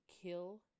kill